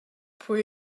pwy